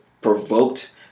provoked